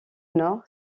nord